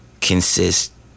consists